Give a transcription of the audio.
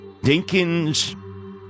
Dinkins